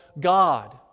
God